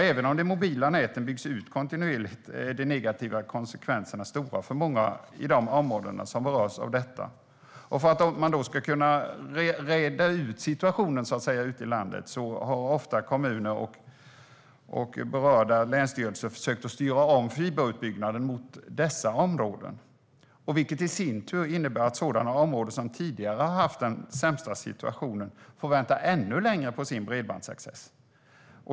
Även om de mobila näten byggs ut kontinuerligt är de negativa konsekvenserna stora för många i de områden som berörs. För att reda ut situationen ute i landet har kommuner och berörda länsstyrelser ofta försökt styra om fiberutbyggnaden mot dessa områden, vilket i sin tur innebär att de områden som tidigare haft den sämsta situationen kan få vänta ännu längre på sin bredbandsaccess.